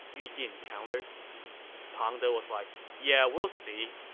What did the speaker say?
yu jin countered pang de was like, yeah we'll see.